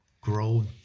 grown